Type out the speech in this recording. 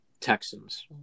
Texans